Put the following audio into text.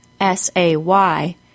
S-A-Y